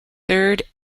third